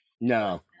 No